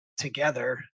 together